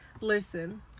Listen